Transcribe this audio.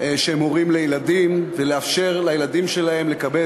שהם הורים לילדים ולאפשר לילדים שלהם לקבל